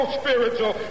spiritual